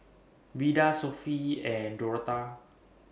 Vida Sophie and Dorotha